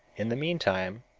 in the meantime,